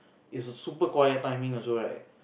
it's a super quiet timing also right